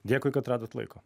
dėkui kad radot laiko